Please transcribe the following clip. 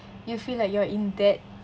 you feel like you are in that